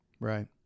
Right